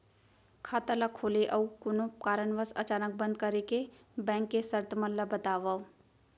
खाता ला खोले अऊ कोनो कारनवश अचानक बंद करे के, बैंक के शर्त मन ला बतावव